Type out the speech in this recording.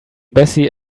bessie